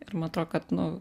ir man atrodo kad nu